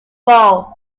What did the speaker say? role